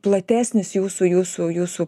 platesnis jūsų jūsų jūsų